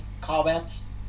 comments